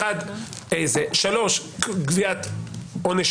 שלישית, קביעת עונש